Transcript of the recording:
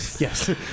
Yes